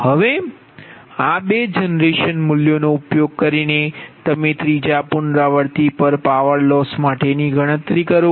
હવે આ બે જનરેશન મૂલ્યોનો ઉપયોગ કરીને તમે ત્રીજા પુનરાવૃત્તિ પર પાવર લોસ માટે ની ગણતરી કરો